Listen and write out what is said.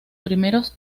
primeros